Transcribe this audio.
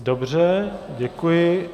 Dobře, děkuji.